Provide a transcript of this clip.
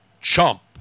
chump